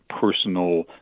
personal